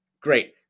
great